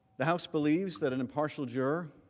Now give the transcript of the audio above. the house believes that an impartial juror